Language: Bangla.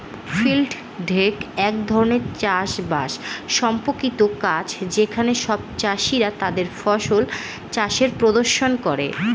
ফিল্ড ডেক এক ধরনের চাষ বাস সম্পর্কিত কাজ যেখানে সব চাষীরা তাদের ফসল চাষের প্রদর্শন করে